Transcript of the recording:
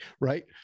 right